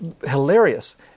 Hilarious